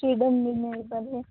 freedom ବି ମିଳିପାରେ